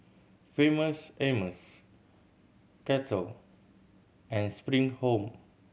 Famous Amos Kettle and Spring Home